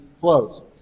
flows